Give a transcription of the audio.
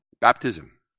Baptism